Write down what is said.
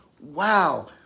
wow